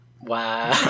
Wow